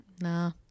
Nah